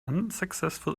unsuccessful